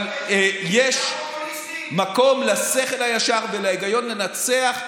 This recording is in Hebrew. אבל יש מקום לשכל הישר ולהיגיון לנצח,